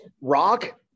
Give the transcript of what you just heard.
Rock